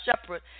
shepherd